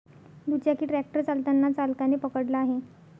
दुचाकी ट्रॅक्टर चालताना चालकाने पकडला आहे